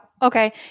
Okay